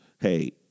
hey